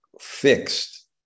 fixed